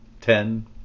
ten